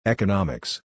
Economics